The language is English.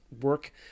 work